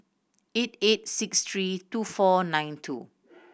eight eight six three two four nine two